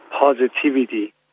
positivity